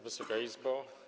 Wysoka Izbo!